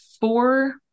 four